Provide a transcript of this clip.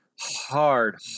hard